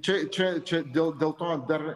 čia čia čia dėl dėl to dar